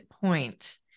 point